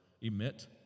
Emit